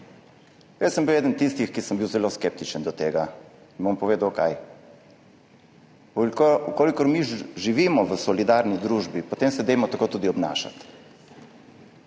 Jaz sem bil eden tistih, ki sem bil zelo skeptičen do tega, in bom povedal zakaj. Če mi živimo v solidarni družbi, potem se dajmo tako tudi obnašati.